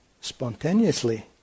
spontaneously